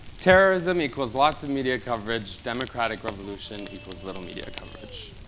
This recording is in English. terrorism equals lots of media coverage democratic revolution equals little media coverage.